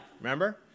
remember